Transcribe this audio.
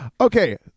Okay